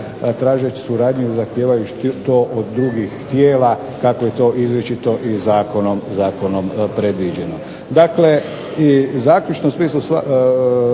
tražeći suradnju i zahtijevajući to od drugih tijela kako je to izričito i zakonom predviđeno. Dakle i zaključno u smislu